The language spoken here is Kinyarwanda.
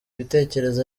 ibitekerezo